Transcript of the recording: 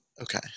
Okay